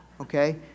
Okay